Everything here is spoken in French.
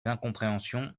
incompréhensions